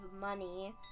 money